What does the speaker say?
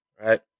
Right